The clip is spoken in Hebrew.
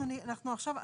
אנחנו עכשיו,